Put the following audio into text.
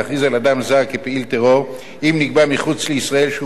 כפעיל טרור אם נקבע מחוץ לישראל שהוא פעיל טרור.